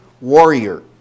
warrior